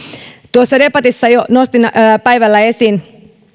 tuossa debatissa jo nostin päivällä esiin